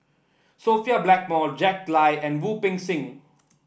Sophia Blackmore Jack Lai and Wu Peng Seng